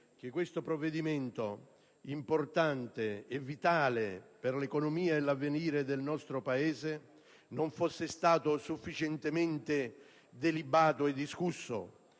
che questo provvedimento importante e vitale per l'economia e l'avvenire del nostro Paese non fosse stato sufficientemente delibato e discusso